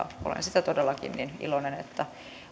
olen todellakin iloinen että